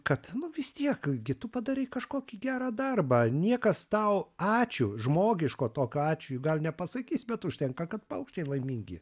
kad nu vis tiek gi tu padarei kažkokį gerą darbą niekas tau ačiū žmogiško tokio ačiū juk gal nepasakys bet užtenka kad paukščiai laimingi